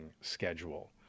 schedule